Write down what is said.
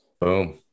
boom